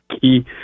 key